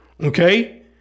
Okay